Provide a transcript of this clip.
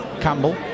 Campbell